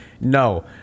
no